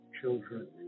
children